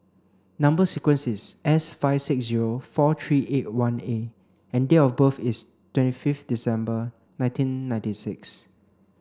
number sequence is S five six zero four three eight one A and date of birth is twenty fifth December nineteen ninety six